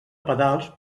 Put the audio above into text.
pedals